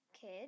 kid